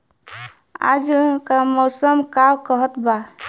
आज क मौसम का कहत बा?